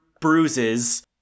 Bruises